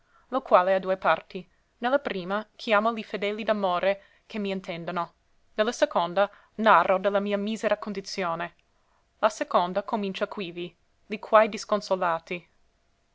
lo quale ha due parti ne la prima chiamo li fedeli d'amore che m intendano ne la seconda narro de la mia misera condizione la seconda comincia quivi li quai disconsolati